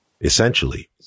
essentially